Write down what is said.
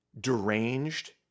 deranged